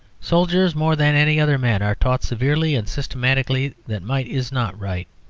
soldiers more than any other men are taught severely and systematically that might is not right.